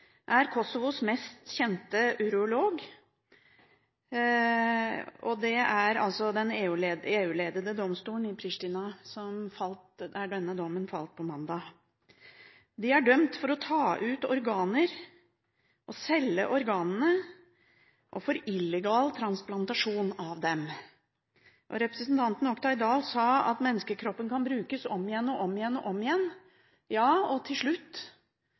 er Kosovos mest kjente urolog, og det er i den EU-ledede domstolen i Pristina denne dommen falt på mandag. De er dømt for å ta ut organer, for å selge organene og for illegal transplantasjon av dem. Representanten Oktay Dahl sa at menneskekroppen kan brukes om igjen og om igjen. Ja, til slutt: